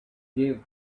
gave